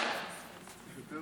תודה